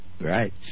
right